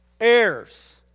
heirs